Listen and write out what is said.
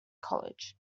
college